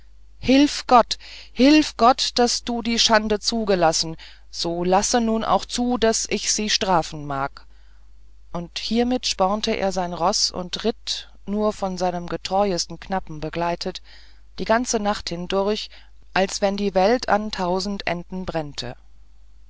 hilf gott hilf gott hast du die schande zugelassen so lasse nun auch zu daß ich sie strafen mag und hiermit spornte er sein roß und ritt nur von seinem getreuesten knappen begleitet die ganze nacht hindurch als wenn die welt an tausend enden brennte